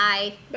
Bye